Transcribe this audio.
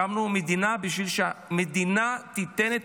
הקמנו מדינה בשביל שהמדינה תיתן את